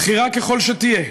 בכירה ככל שתהיה,